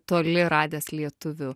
toli radęs lietuvių